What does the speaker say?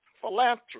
Philanthropy